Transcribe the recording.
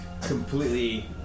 completely